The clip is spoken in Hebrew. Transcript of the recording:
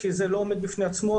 כי זה לא עומד בפני עצמו.